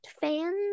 fans